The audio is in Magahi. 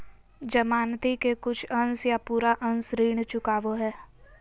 जमानती के कुछ अंश या पूरा अंश ऋण चुकावो हय